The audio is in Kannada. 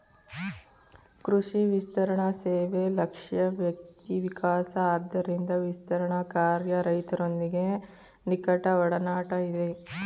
ಕೃಷಿ ವಿಸ್ತರಣಸೇವೆ ಲಕ್ಷ್ಯ ವ್ಯಕ್ತಿವಿಕಾಸ ಆದ್ದರಿಂದ ವಿಸ್ತರಣಾಕಾರ್ಯ ರೈತರೊಂದಿಗೆ ನಿಕಟಒಡನಾಟ ಇದೆ